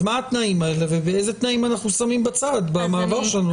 מה התנאים האלה ואיזה תנאים אנחנו שמים בצד במעבר שלנו?